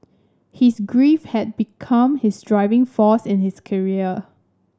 his grief had become his driving force in his career